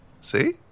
See